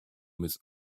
miss